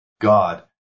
God